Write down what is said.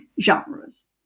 genres